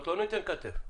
הכול נתקע אצלי?